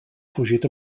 fugit